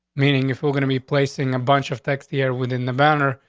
meaning if we're gonna be placing a bunch of text year within the banner,